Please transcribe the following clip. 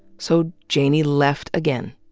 so janey left again,